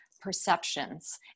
perceptions